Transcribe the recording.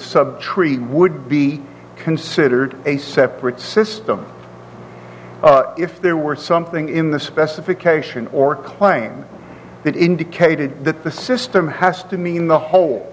sub tree would be considered a separate system if there were something in the specification or claim that indicated that the system has to mean the whole